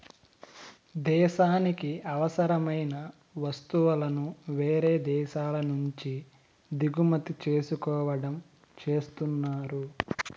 దేశానికి అవసరమైన వస్తువులను వేరే దేశాల నుంచి దిగుమతి చేసుకోవడం చేస్తున్నారు